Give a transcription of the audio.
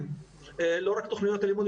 לא רק תוכניות הלימוד,